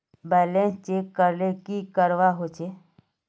Balance check करले की करवा होचे?